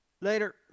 Later